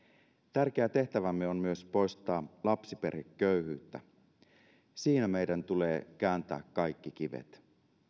tärkeä tehtävämme on myös poistaa lapsiperheköyhyyttä siinä meidän tulee kääntää kaikki kivet